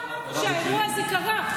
אתה אמרת שהאירוע הזה קרה.